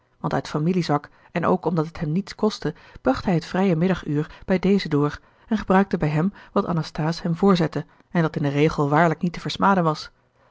want uit familie zwak en ook omdat het hem niets kostte bracht hij het vrije middag uur bij dezen door en gebruikte bij hem wat anasthase hem voorzette en dat in den regel waarlijk niet te versmaden was